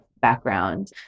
background